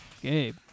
Gabe